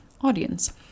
audience